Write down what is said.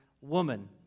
woman